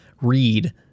read